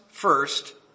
First